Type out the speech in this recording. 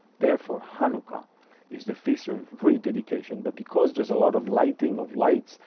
therefore, hanukkah is the feast of rededication. but because there's a lot of lighting of lights,